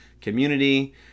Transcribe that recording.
community